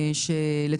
ומנוצל.